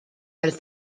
del